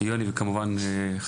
יוני את רשות הדיבור,